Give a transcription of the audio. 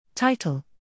Title